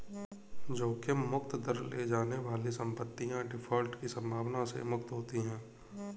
जोखिम मुक्त दर ले जाने वाली संपत्तियाँ डिफ़ॉल्ट की संभावना से मुक्त होती हैं